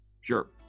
Sure